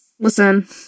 Listen